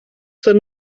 denn